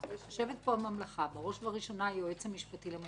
יושבת פה הממלכה בראש ובראשונה היועץ המשפטי לממשלה.